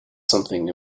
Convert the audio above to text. something